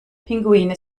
pinguine